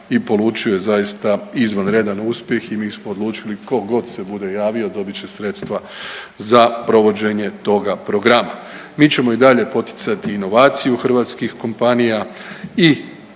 i polučuje zaista izvanredan uspjeh i mi smo odlučili ko god se bude javio dobit će sredstva za provođenje toga programa. Mi ćemo i dalje poticati inovaciju hrvatskih kompanija i